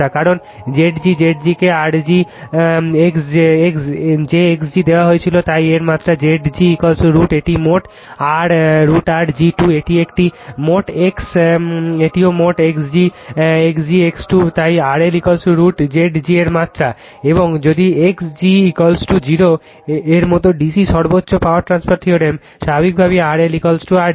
কারণ Zg Zg কে r g j x g দেওয়া হয়েছিল তাই এর মাত্রা Zg√ এটি মোট R √R g 2 এটি এটি মোট X এটিও মোট X G x 2 তাই RL√ Zg এর মাত্রা এবং যদি x g0 এর মত D C সর্বোচ্চ পাওয়ার ট্রান্সফার থিওরেম স্বাভাবিকভাবেই RL R g